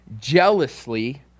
jealously